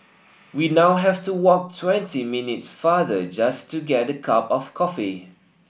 we now have to walk twenty minutes farther just to get a cup of coffee